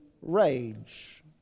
rage